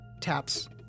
taps